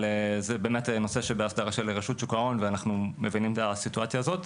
זה נושא שבהסדרה של רשות שוק ההון ואנו מבינים את המצב הזה.